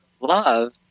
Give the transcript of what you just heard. love